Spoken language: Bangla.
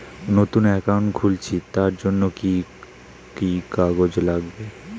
নতুন অ্যাকাউন্ট খুলছি তার জন্য কি কি কাগজ লাগবে?